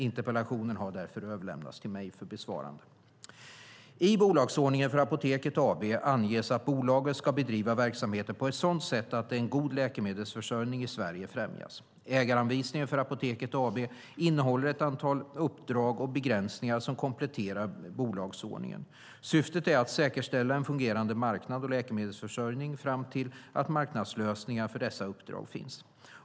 Interpellationen har därför överlämnats till mig för besvarande. I bolagsordningen för Apoteket AB anges att bolaget ska bedriva verksamheten på sådant sätt att en god läkemedelsförsörjning i Sverige främjas. Ägaranvisningen för Apoteket AB innehåller ett antal uppdrag och begränsningar som kompletterar bolagsordningen. Syftet är att säkerställa en fungerande marknad och läkemedelsförsörjning fram till att marknadslösningar för dessa uppdrag finns.